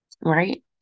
Right